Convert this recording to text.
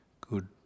good